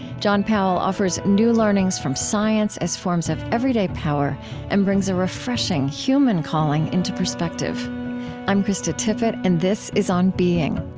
john powell offers new learnings from science as forms of everyday power and brings a refreshing, human calling into perspective i'm krista tippett, and this is on being